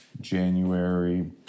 January